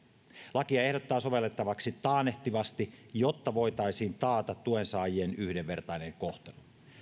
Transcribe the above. lakia ehdotetaan sovellettavaksi taannehtivasti jotta voitaisiin taata tuen saajien yhdenvertainen kohtelu